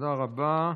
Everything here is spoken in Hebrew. תודה רבה.